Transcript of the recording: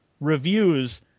reviews